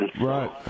Right